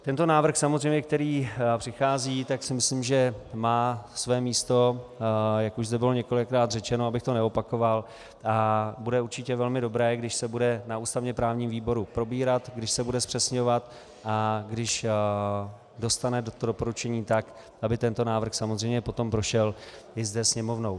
Tento návrh samozřejmě, který přichází, tak si myslím, že má své místo, jak už zde bylo několikrát řečeno, abych to neopakoval, a bude určitě velmi dobré, když se bude na ústavněprávním výboru probírat, když se bude zpřesňovat a když dostane to doporučení tak, aby tento návrh samozřejmě potom prošel i zde sněmovnou.